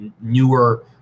newer